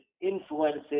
influences